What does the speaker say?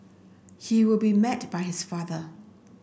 he will be met by his father